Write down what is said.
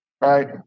right